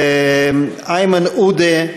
איימן עודה,